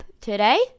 today